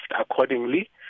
accordingly